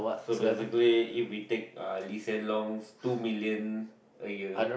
so basically if we take uh Lee-Hsien-Loong two million a year